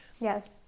yes